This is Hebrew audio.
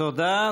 תודה.